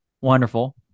wonderful